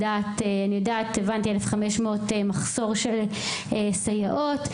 הבנתי שיש מחסור של 1,500 סייעות,